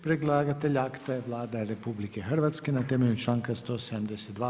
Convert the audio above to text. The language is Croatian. Predlagatelj akta je Vlada RH na temelju članka 172.